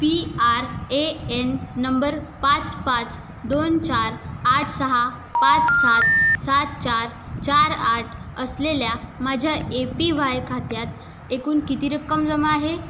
P R A N number पाच पाच दोन चार आठ सहा पाच सात सात चार चार आठ असलेल्या माझ्या ए पी वाय खात्यात एकूण किती रक्कम जमा आहे